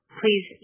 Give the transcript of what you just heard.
please